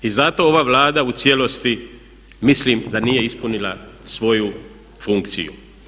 I zato ova Vlada u cijelosti mislim da nije ispunila svoju funkciju.